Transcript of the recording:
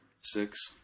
six